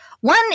one